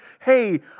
hey